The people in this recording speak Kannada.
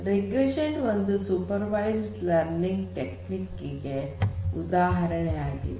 ರಿಗ್ರೆಷನ್ ಒಂದು ಸೂಪರ್ ವೈಸ್ಡ್ ಲರ್ನಿಂಗ್ ಟೆಕ್ನಿಕ್ ಗೆ ಉದಾಹರಣೆಯಾಗಿದೆ